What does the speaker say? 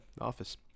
office